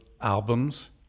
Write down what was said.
albums